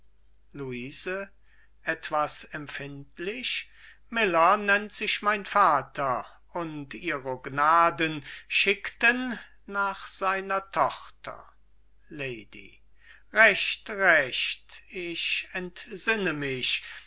luise etwas empfindlich miller nennt sich mein vater und ihro gnaden schickten nach seiner tochter lady recht recht ich entsinne mich die